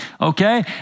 Okay